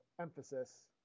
emphasis